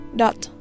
dot